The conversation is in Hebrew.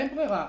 אין ברירה,